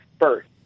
first